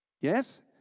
Yes